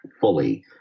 fully